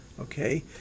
okay